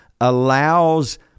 allows